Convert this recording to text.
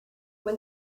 when